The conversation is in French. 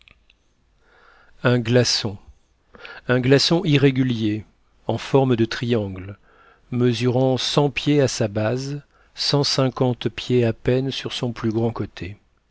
un glaçon un glaçon irrégulier en forme de triangle mesurant cent pieds à sa base cent cinquante pieds à peine sur son plus grand côté